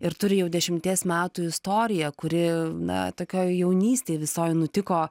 ir turi jau dešimties metų istoriją kuri na tokioj jaunystėj visoj nutiko